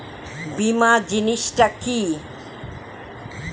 বীমা জিনিস টা কি?